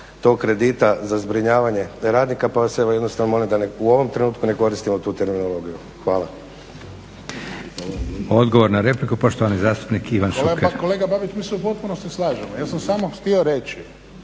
tog kredita za zbrinjavanje radnika pa vas evo jednostavno molim da u ovom trenutku ne koristimo tu terminologiju. Hvala. **Leko, Josip (SDP)** Odgovor na repliku, poštovani zastupnik Ivan Šuker. **Šuker, Ivan (HDZ)** Pa kolega Babić, mi se u potpunosti slažemo. Ja sam samo htio reći